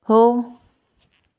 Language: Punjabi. ਹੋ